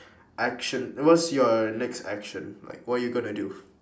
action what's your next action like what you're gonna do